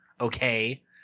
okay